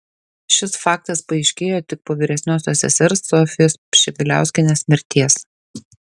šis faktas paaiškėjo tik po vyresniosios sesers sofijos pšibiliauskienės mirties